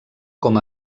com